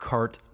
Cart